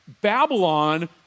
Babylon